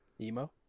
emo